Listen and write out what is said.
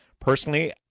personally